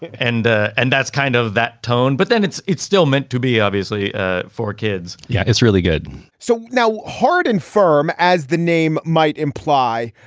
and. and that's kind of that tone. but then it's it's still meant to be, obviously, ah for kids. yeah, it's really good so now hard and firm as the name might imply,